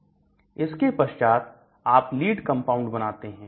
इसके पश्चात आप लीड कंपाउंड बनाते हैं